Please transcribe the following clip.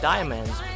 Diamonds